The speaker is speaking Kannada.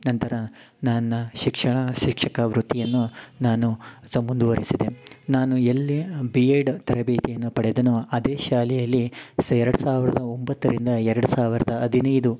ನಂತರ ನನ್ನ ಶಿಕ್ಷಣ ಶಿಕ್ಷಕ ವೃತ್ತಿಯನ್ನು ನಾನು ಸ ಮುಂದುವರಿಸಿದೆ ನಾನು ಎಲ್ಲಿ ಬಿ ಎಡ್ ತರಬೇತಿಯನ್ನ ಪಡೆದೆನೋ ಅದೇ ಶಾಲೆಯಲ್ಲಿ ಸೆ ಎರಡು ಸಾವಿರದ ಒಂಬತ್ತರಿಂದ ಎರಡು ಸಾವಿರದ ಹದಿನೈದು